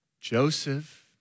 Joseph